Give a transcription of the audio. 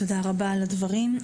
תודה רבה על הדברים.